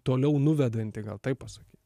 toliau nuvedanti gal taip pasakyt